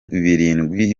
birindwi